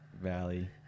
valley